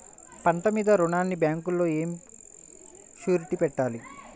పంట మీద రుణానికి బ్యాంకులో ఏమి షూరిటీ పెట్టాలి?